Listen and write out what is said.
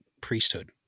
priesthood